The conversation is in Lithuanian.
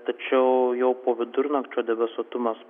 tačiau jau po vidurnakčio debesuotumas